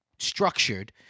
Structured